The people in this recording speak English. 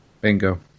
Bingo